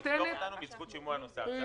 המטרה לפטור אותנו מזכות שימוע נוסף.